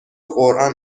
قرآن